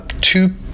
two